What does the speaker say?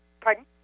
Pardon